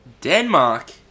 Denmark